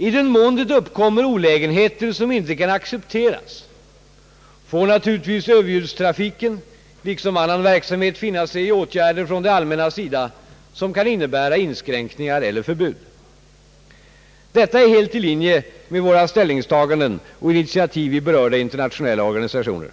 I den mån det uppkommer olägenheter som inte kan accepteras, får naturligtvis överljudstrafiken liksom annan verksamhet finna sig i åtgärder från det allmännas sida som kan innebära inskränkningar eller förbud. Detta är helt i linje med våra ställningstaganden och initiativ i berörda internationella organisationer.